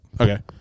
Okay